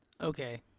Okay